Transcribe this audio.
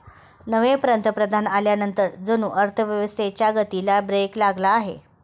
नवे पंतप्रधान आल्यानंतर जणू अर्थव्यवस्थेच्या गतीला ब्रेक लागला आहे